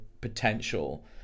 potential